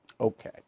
Okay